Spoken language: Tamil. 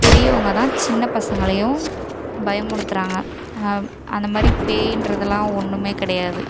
பெரியவங்க தான் சின்ன பசங்களையும் பயமுறுத்துறாங்க ஆம் அந்த மாதிரி பேயின்றதுலாம் ஒன்றுமே கிடையாது